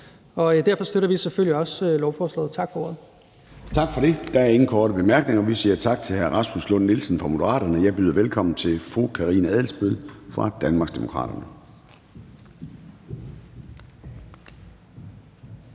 Derfor støtter vi selvfølgelig også lovforslaget. Tak for ordet. Kl. 14:20 Formanden (Søren Gade): Der er ingen korte bemærkninger, så vi siger tak til hr. Rasmus Lund-Nielsen fra Moderaterne. Jeg byder velkommen til fru Karina Adsbøl fra Danmarksdemokraterne.